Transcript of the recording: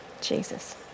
Jesus